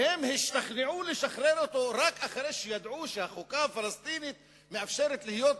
והם השתכנעו לשחרר אותו רק אחרי שידעו שהחוקה הפלסטינית מאפשרת לו